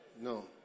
No